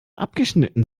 abgeschnitten